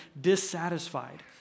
dissatisfied